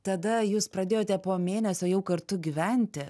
tada jūs pradėjote po mėnesio jau kartu gyventi